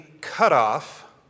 cutoff